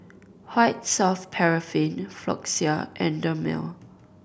White Soft Paraffin Floxia and Dermale